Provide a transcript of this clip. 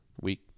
week